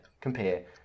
compare